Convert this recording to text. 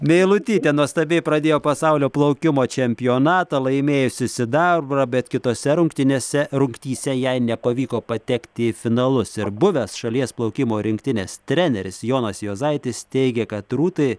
meilutytė nuostabiai pradėjo pasaulio plaukimo čempionatą laimėjusi sidabrą bet kitose rungtynėse rungtyse jai nepavyko patekti į finalus ir buvęs šalies plaukimo rinktinės treneris jonas juozaitis teigė kad rūtai